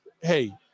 hey